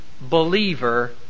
believer